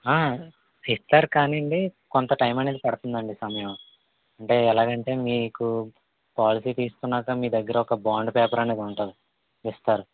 ఆ ఇస్తారు కానీ అండీ కొంత టైమ్ అనేది పడుతుందండీ సమయం అంటే ఎలాగంటే మీకు పాలసీ తీసుకున్నాక మీకు మీ దగ్గర బాండ్ పేపర్ అనేది ఉంటుంది ఇస్తారు